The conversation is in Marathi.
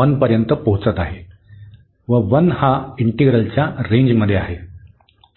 1 पर्यंत पोहोचत आहे व 1 हा इंटिग्रलच्या रेंजमध्ये आहे